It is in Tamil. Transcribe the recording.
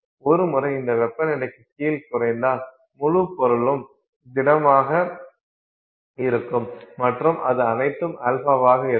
ஒருமுறை இந்த வெப்பநிலைக்குக் கீழே குறைத்தால் முழு பொருளும் திடமாக இருக்கும் மற்றும் அது அனைத்தும் α ஆக இருக்கும்